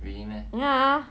ya